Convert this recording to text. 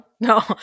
no